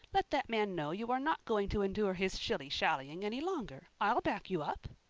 let that man know you are not going to endure his shillyshallying any longer. i'll back you up.